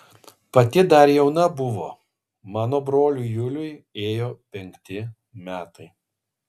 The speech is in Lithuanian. pati dar jauna buvo mano broliui juliui ėjo penkti metai